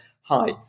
hi